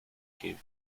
gave